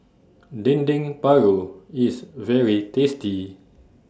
Dendeng Paru IS very tasty